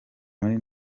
muri